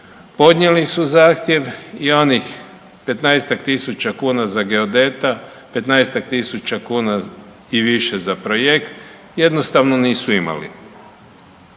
podnijeli su zahtjev i onih 15-tak tisuća kuna za geodeta, 15-tak tisuća kuna i više za projekt, jednostavno nisu imali.